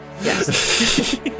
Yes